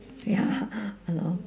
ya lah ya lor